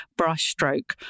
brushstroke